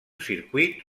circuit